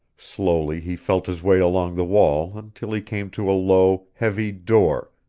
slowly he felt his way along the wall until he came to a low, heavy door,